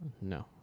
No